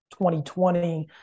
2020